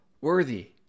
worthy